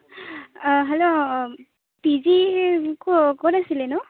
hello P G ক' ক'ত আছিলেনো